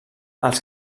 els